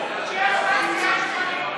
הגיע זמן תפילת שחרית.